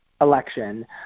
election